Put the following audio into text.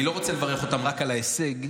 אני לא רוצה לברך אותם רק על ההישג,